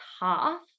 half